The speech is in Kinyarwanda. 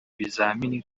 bizamini